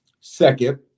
Second